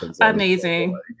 Amazing